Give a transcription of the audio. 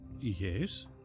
Yes